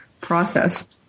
process